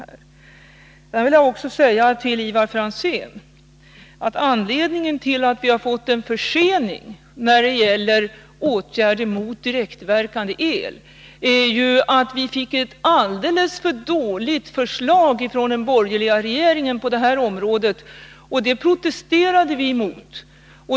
Jag vill också säga till Ivar Franzén att anledningen till att det har blivit en försening när det gäller åtgärder mot direktverkande el är att vi fick ett alldeles för dåligt förslag från den borgerliga regeringen på detta område, och det har vi protesterat mot.